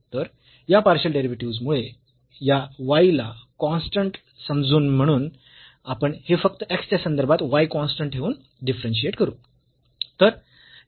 तर या partial derivatives मुळे या y ला कॉन्स्टंट समजून म्हणून आपण हे फक्त x च्या संदर्भात y कॉन्स्टंट ठेवून डिफरन्शियेट करू